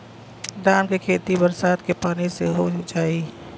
धान के खेती बरसात के पानी से हो जाई?